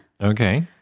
okay